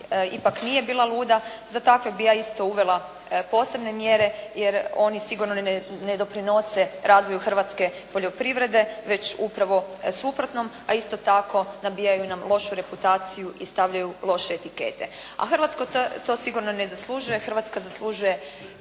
ipak nije bila luda. Za takve bih ja isto uvela posebne mjere, jer oni sigurno ne doprinose razvoju hrvatske poljoprivrede već upravo suprotnom, a isto tako nabijaju nam lošu reputaciju i stavljaju loše etikete. A Hrvatska to sigurno ne zaslužuje, Hrvatska zaslužuje